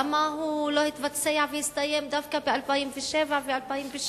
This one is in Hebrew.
למה הוא לא התבצע ולא הסתיים דווקא ב-2007 וב-2006?